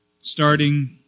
starting